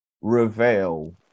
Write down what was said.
reveal